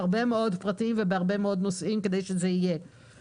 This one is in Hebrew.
חצי הצעת חוק לא ניתן יהיה לאשר